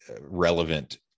relevant